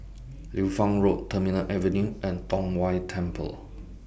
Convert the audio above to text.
Liu Fang Road Terminal Avenue and Tong Whye Temple